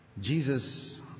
Jesus